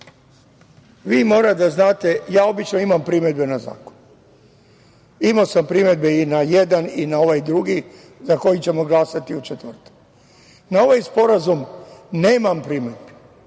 vi morate da znate da ja obično imam primedbe na zakon. Imao sam primedbe i na jedan i na ovaj drugi za koji ćemo glasati u četvrtak, a na ovaj sporazum nemam primedbe,